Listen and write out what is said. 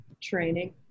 Training